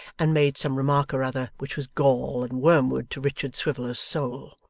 and made some remark or other which was gall and wormwood to richard swiviller's soul.